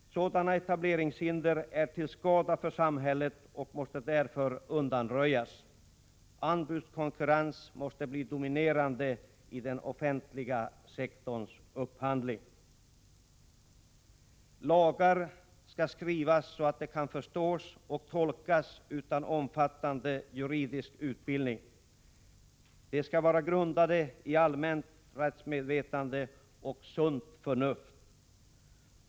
Sådana etableringshinder är till skada för samhället och måste därför undanröjas. Anbudskonkurrens måste bli dominerande i fråga om den offentliga sektorns upphandling. Lagar skall skrivas så, att de kan förstås och tolkas utan att man har omfattande juridisk utbildning. De skall vara grundade i allmänt rättsmedvetande och sunt förnuft.